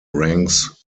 ranks